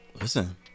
Listen